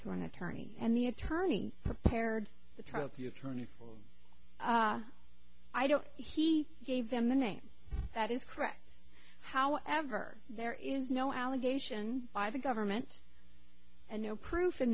to an attorney and the attorney prepared the trial to the attorney i don't he gave them a name that is correct however there is no allegation by the government and no proof in